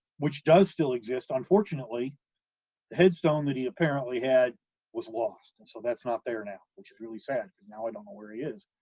which does still exist. unfortunately, the headstone that he apparently had was lost and so that's not there now, which is really sad, because now i don't know where he is.